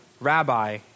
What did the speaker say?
Rabbi